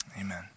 Amen